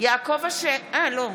אמיר אוחנה,